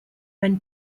when